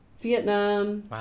Vietnam